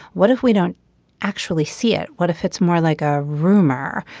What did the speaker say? what if we don't actually see it. what if it's more like a rumor.